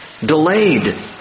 Delayed